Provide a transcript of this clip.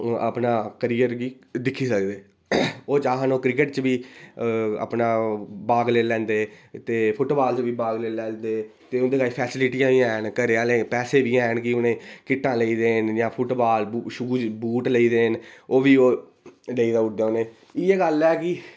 ओह् अपना करियर गी दिक्खी सकदे ओह् चाह्न ओह् क्रिकेट च बी अपना भाग लेई लैंदे ते फुटबाल च बी भाग लेई लैंदे ते उं'दे कश फेसीलिटयां बी हेन घरै आह्ले पैसे बी हैन कि उ'नें गी किटा लेई देन जां उनें गी बूट लेई देन ओ बी ओह् लेई देई ओड़दे उ'नें गी इ'यै गल्ल ऐ कि